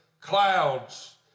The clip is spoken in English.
clouds